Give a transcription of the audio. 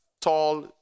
tall